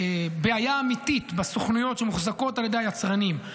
בעיה אמיתית בסוכנויות שמוחזקות על ידי היצרנים,